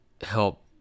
help